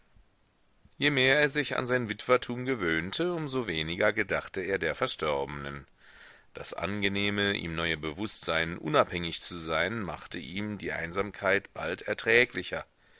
je mehr er sich an sein witwertum gewöhnte um so weniger gedachte er der verstorbenen das angenehme ihm neue bewußtsein unabhängig zu sein machte ihm die einsamkeit bald erträglicher